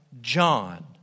John